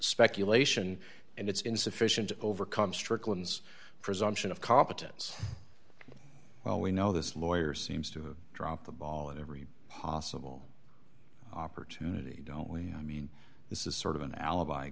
speculation and it's insufficient overcome strickland's presumption of competence well we know this lawyer seems to have dropped the ball in every possible opportunity don't we i mean this is sort of an alibi